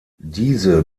diese